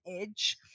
edge